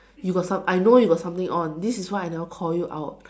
you got some I know you got something on this is why I never call you out